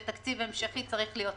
שתקציב המשכי צריך להיות קצר.